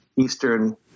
Eastern